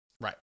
Right